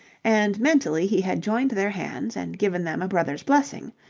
and mentally he had joined their hands and given them a brother's blessing.